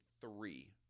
three